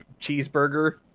cheeseburger